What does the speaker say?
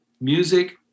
music